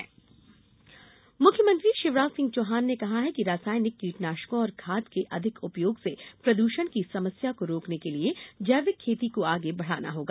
मुख्यमंत्री मुख्यमंत्री शिवराज सिंह चौहान ने कहा है कि रसायनिक कीटनाशकों और खाद के अधिक उपयोग से प्रदूषण की समस्या को रोकने के लिए जैविक खेती को आगे बढ़ाना होगा